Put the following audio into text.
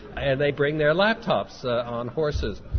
and they bring their laptops ah on horses.